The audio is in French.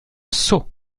sceaux